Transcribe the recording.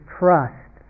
trust